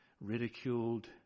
ridiculed